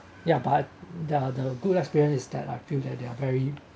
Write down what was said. ya but the the good experience is that they are very